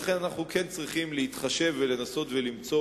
לכן אנחנו כן צריכים להתחשב ולנסות למצוא